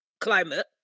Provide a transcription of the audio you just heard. climate